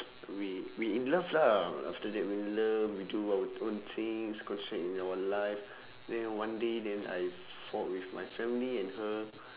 we we in love lah after that we in love we do our own things concentrate in your life then on one day then I fought with my family and her